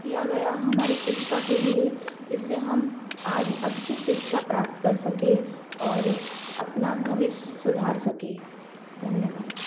किया गया हमारी शिक्षा के लिए जिससे हम आज अच्छी शिक्षा प्राप्त कर सके और अपना भविष्य सुधार सके धन्यवाद